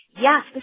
yes